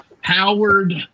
Howard